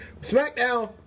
Smackdown